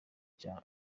cya